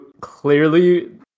clearly